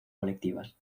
colectivas